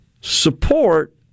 support